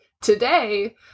today